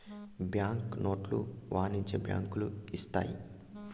bank నోట్లు వాణిజ్య బ్యాంకులు ఇత్తాయి